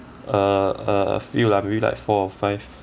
err a few lah maybe like four or five